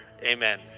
Amen